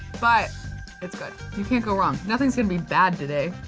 but it's good. you can't go wrong. nothing's gonna be bad today.